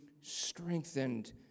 strengthened